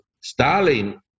Stalin